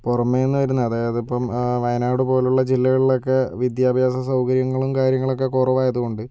പുറമെ നിന്ന് വരുന്ന അതായതിപ്പോൾ വയനാട് പോലുള്ള ജില്ലകളിലൊക്കെ വിദ്യാഭ്യാസസൗകര്യങ്ങളും കാര്യങ്ങളൊക്കെ കുറവായതുകൊണ്ട്